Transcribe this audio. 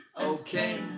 okay